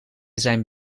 zijn